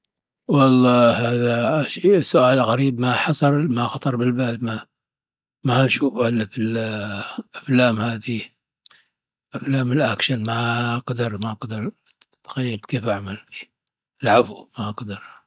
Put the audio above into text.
والله هذا سوال غريب ماحصل، ماخطر بالبال ما شوفه الا في الافلام، بافلام الاكشن ، العفو.